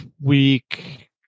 week